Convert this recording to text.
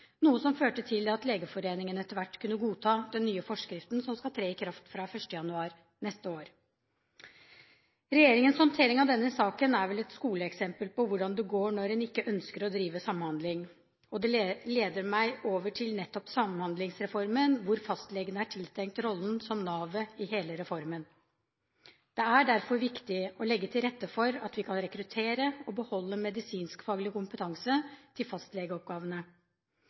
noe som førte til at Legeforeningen etter hvert kunne godta den nye forskriften som skal tre i kraft fra l. januar neste år. Regjeringens håndtering av denne saken er et skoleeksempel på hvordan det går når en ikke ønsker å drive samhandling. Det leder meg over til nettopp Samhandlingsreformen, hvor fastlegene er tiltenkt rollen som navet i hele reformen. Det er derfor viktig å legge til rette for at vi kan rekruttere og beholde medisinskfaglig kompetanse til fastlegeoppgavene.